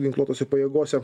ginkluotose pajėgose